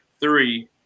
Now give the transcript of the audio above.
three